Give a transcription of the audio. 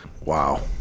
Wow